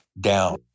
down